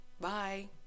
Bye